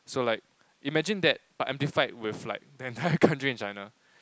so like imagine that I've to fight with like the entire country in China